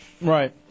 Right